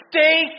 Stay